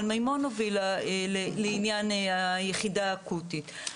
מימון הובילה לעניין היחידה האקוטית.